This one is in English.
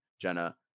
Jenna